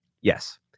yes